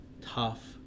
tough